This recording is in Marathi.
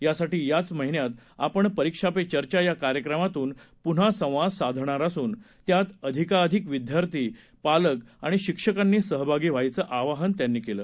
यासाठी याच महिन्यात आपण परीक्षा पे चर्चा या कार्यक्रमातून पुन्हा संवाद साधणार असून त्यात अधिकाधिक विद्यार्थी पालक आणि शिक्षकांनी सहभागी व्हायचं आवाहन त्यांनी केलं